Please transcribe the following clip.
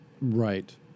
right